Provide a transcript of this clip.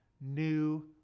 new